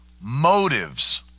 motives